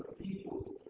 people